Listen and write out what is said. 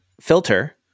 filter